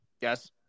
Yes